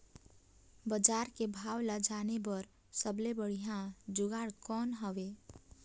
बजार के भाव ला जाने बार सबले बढ़िया जुगाड़ कौन हवय?